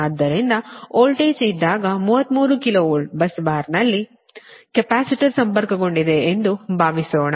ಆದ್ದರಿಂದ ವೋಲ್ಟೇಜ್ ಇದ್ದಾಗ 33 KV bus ಬಾರ್ನಲ್ಲಿ ಕೆಪಾಸಿಟರ್ ಸಂಪರ್ಕಗೊಂಡಿದೆ ಎಂದು ಭಾವಿಸೋಣ